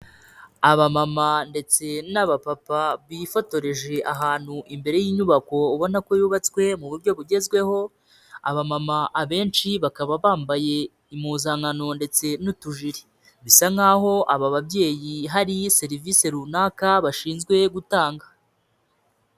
Abamama ndetse n'abapapa bifotoreje ahantu imbere y'inyubako ubona ko yubatswe mu buryo bugezweho, abamama abenshi bakaba bambaye impuzankano ndetse n'utujiri. Bisa nkaho aba babyeyi hari serivisi runaka bashinzwe gutanga.